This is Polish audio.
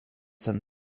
ten